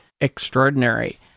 extraordinary